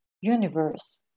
universe